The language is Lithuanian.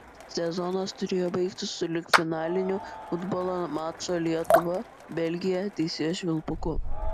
sezonas turėjo baigtis sulig finaliniu futbolo mačo lietuva belgija teisėjo švilpuku